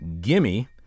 gimme